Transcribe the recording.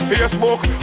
Facebook